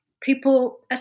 people